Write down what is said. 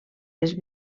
les